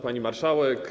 Pani Marszałek!